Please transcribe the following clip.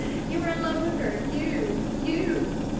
you were in love with her you you!